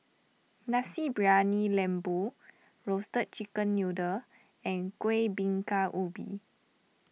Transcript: Nasi Briyani Lembu Roasted Chicken Noodle and Kuih Bingka Ubi